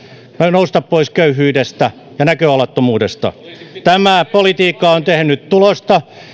nousta pois köyhyydestä ja näköalattomuudesta tämä politiikka on tehnyt tulosta